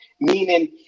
meaning